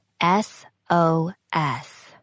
S-O-S